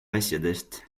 asjadest